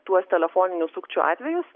tuos telefoninių sukčių atvejus